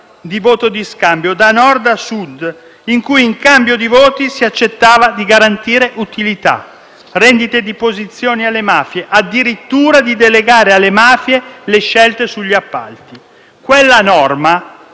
di voto di scambio, da Nord a Sud, casi in cui in cambio di voti si accettava di garantire utilità, rendite di posizione alle mafie o addirittura di delegare alle mafie le scelte sugli appalti. Quella norma,